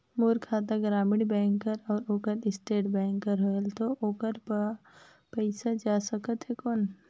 मोर खाता ग्रामीण बैंक कर अउ ओकर स्टेट बैंक कर हावेय तो ओकर ला पइसा जा सकत हे कौन?